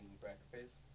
breakfast